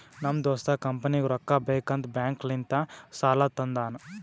ನಮ್ ದೋಸ್ತ ಕಂಪನಿಗ್ ರೊಕ್ಕಾ ಬೇಕ್ ಅಂತ್ ಬ್ಯಾಂಕ್ ಲಿಂತ ಸಾಲಾ ತಂದಾನ್